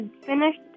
finished